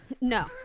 No